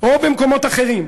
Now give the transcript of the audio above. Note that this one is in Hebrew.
או במקומות אחרים,